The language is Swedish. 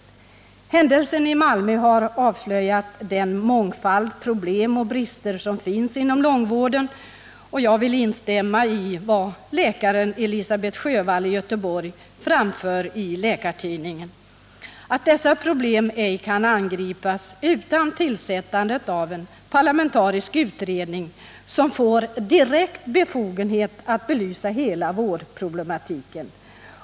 Händelsen i Malmö har avslöjat den mångfald problem och brister som finns inom långvården, och jag vill instämma i vad läkaren Elisabet Sjövall i Göteborg framför i Läkartidningen, nämligen att dessa problem ej kan angripas utan tillsättandet av en parlamentarisk utredning som får direkt befogenhet att belysa hela vårdproblematiken.